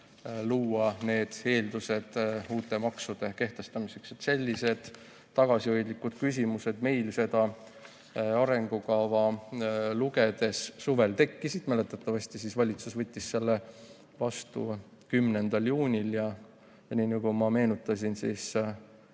luua eeldused uute maksude kehtestamiseks? Sellised tagasihoidlikud küsimused meil seda arengukava lugedes suvel tekkisid. Mäletatavasti valitsus võttis selle vastu 10. juunil. Ja nii nagu ma meenutasin,